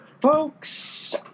Folks